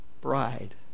bride